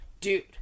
dude